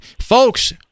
folks